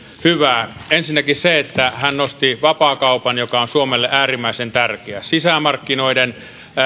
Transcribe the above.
hyvää ensinnäkin se että hän nosti vapaakaupan joka on suomelle äärimmäisen tärkeä sisämarkkinoiden